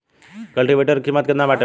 कल्टी वेटर क कीमत केतना बाटे बाजार में?